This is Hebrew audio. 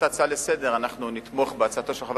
וכהצעה לסדר-היום אנחנו נתמוך בהצעתו של חבר